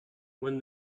when